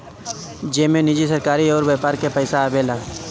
जेमे निजी, सरकारी अउर व्यापार के पइसा आवेला